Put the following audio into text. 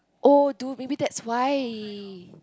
oh dude maybe that's why